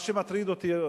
מה שמטריד אותי,